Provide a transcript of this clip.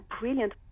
brilliant